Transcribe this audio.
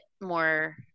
more